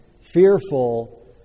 fearful